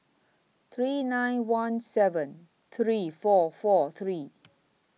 three nine one seven three four four three